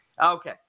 Okay